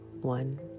one